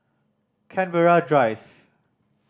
Canberra Drive